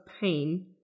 pain